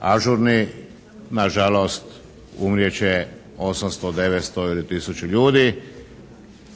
ažurni na žalost umrijet će 800, 900 ili 1000 ljudi